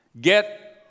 get